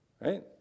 Right